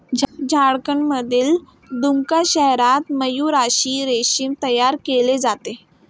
झारखंडमधील दुमका शहरात मयूराक्षी रेशीम तयार केले जाते